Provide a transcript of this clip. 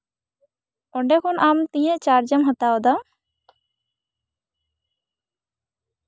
ᱚᱸᱰᱮ ᱠᱷᱚᱱ ᱟᱢ ᱛᱤᱱᱟᱹᱜ ᱪᱟᱨᱡᱮᱢ ᱦᱟᱛᱟᱣᱫᱟ